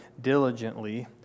diligently